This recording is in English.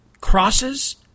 crosses